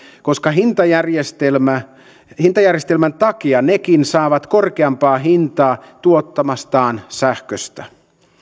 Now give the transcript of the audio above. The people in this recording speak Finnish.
koska hintajärjestelmän hintajärjestelmän takia nekin saavat korkeampaa hintaa tuottamastaan sähköstä